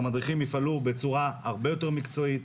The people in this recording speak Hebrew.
והמדריכים יפעלו בצורה הרבה יותר מקצועית.